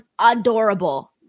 Adorable